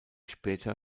später